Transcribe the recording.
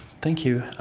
thank you.